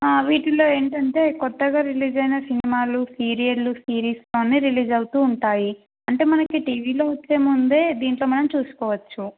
వీటిల్లో ఏంటంటే కొత్తగా రిలీజ్ అయిన సినిమాలు సీరియళ్ళు సిరీస్ అవన్నీ రిలీజ్ అవుతూ ఉంటాయి అంటే మనకి టీవీలో వచ్చే ముందే దీంట్లో మనం చూసుకోవచ్చు